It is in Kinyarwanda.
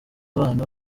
abana